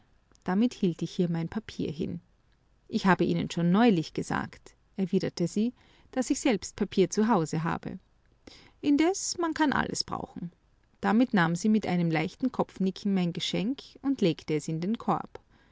und damit hielt ich ihr mein papier hin ich habe ihnen schon neulich gesagt erwiderte sie daß ich selbst papier zu hause habe indes man kann alles brauchen damit nahm sie mit einem leichten kopfnicken mein geschenk und legte es in den korb